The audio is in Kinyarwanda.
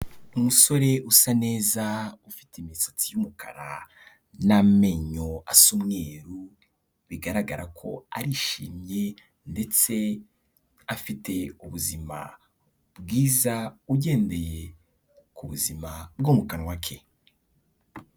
Umusore usa neza ufite imisatsi y'umukara n'amenyo asa umweru bigaragara ko arishimye ndetse afite ubuzima bwiza ugendeye ku buzima bwo mu kanwa ke.